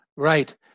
Right